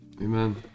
Amen